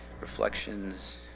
reflections